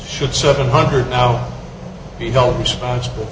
should seven hundred now you know responsible